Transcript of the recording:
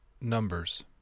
Numbers